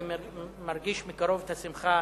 אני מרגיש מקרוב את השמחה,